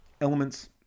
elements